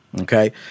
okay